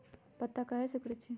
पत्ता काहे सिकुड़े छई?